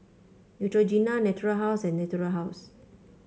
Neutrogena Natura House and Natura House